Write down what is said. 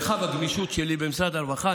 מרחב הגמישות שלי במשרד הרווחה,